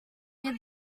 year